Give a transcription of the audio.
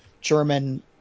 german